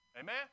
Amen